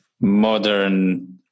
modern